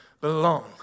belong